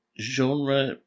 genre